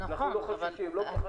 אנחנו לא חוששים, לא פוחדים.